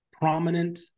prominent